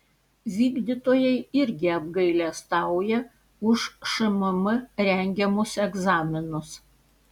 vykdytojai irgi apgailestauja už šmm rengiamus egzaminus